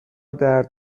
درد